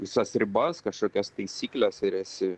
visas ribas kažkokias taisykles ir esi